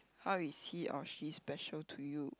how is he or she special to you